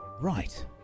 right